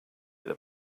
that